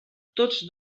tots